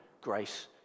grace